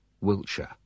Wiltshire